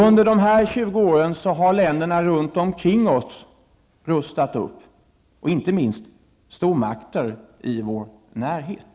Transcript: Under dessa 20 år har länderna runt omkring oss rustat upp, och inte minst stormakter i vår närhet.